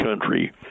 country